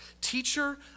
Teacher